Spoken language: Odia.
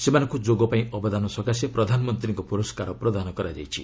ସେମାନଙ୍କୁ ଯୋଗ ପାଇଁ ଅବଦାନ ସକାଶେ ପ୍ରଧାନମନ୍ତ୍ରୀଙ୍କ ପୁରସ୍କାର ପ୍ରଦାନ କରାଯାଇଛି